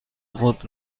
خود